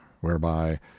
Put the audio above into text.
whereby